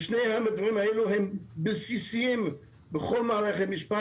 ושני הדברים האלה הם בסיסיים בכל מערכת משפט,